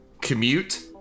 commute